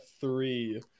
Three